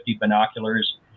binoculars